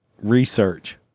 Research